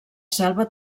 selva